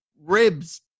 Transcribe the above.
ribs